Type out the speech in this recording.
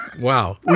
Wow